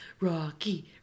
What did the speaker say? Rocky